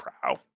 prow